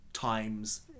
...times